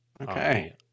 Okay